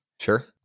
sure